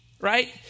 right